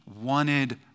wanted